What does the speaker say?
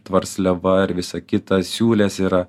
tvarsliava ir visa kita siūlės yra